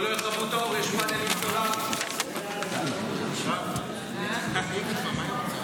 56 שנים של דיקטטורה צבאית ומשטר דיכוי סדיסטי,